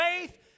faith